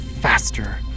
faster